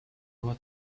our